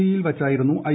ഇയിൽ വച്ചായിരുന്നു ഐ